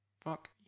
fuck